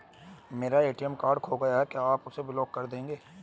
मेरा ATM card खो गया है क्या आप उसे ब्लॉक कर देंगे?